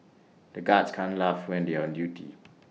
the guards can't laugh when they are on duty